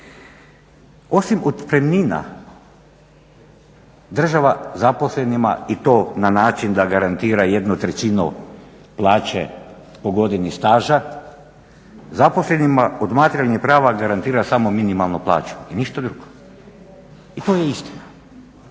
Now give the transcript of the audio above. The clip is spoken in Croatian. Osim kod otpremnina država zaposlenima i to na način da garantira 1/3 plaće po godini staža, zaposlenima od materijalnih prava garantira samo minimalnu plaću ništa drugo. I to je istina.